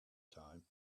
time